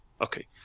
okay